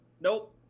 nope